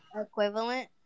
equivalent